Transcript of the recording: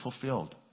fulfilled